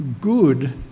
good